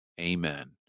Amen